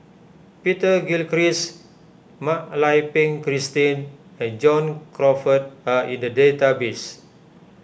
Peter Gilchrist Mak Lai Peng Christine and John Crawfurd are in the database